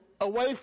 away